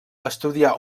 estudiar